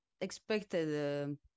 expected